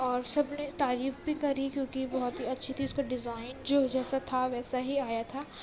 اور سب نے تعریف بھی کری کیونکہ بہت ہی اچھی تھی اس کا ڈیزائن جو جیسا تھا ویسا ہی آیا تھا